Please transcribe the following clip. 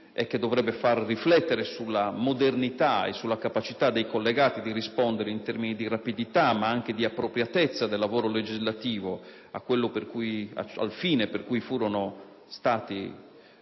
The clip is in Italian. Ciò dovrebbe far riflettere sulla modernità e sulla capacità dei collegati di rispondere in termine di rapidità, ma anche di appropriatezza del lavoro legislativo al fine per cui furono